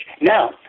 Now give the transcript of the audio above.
Now